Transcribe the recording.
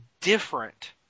different